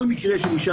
כל מקרה של אישה,